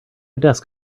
desk